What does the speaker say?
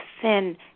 thin